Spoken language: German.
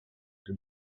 dem